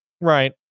Right